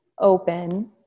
open